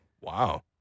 Wow